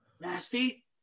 Nasty